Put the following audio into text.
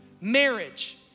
marriage